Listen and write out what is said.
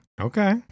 Okay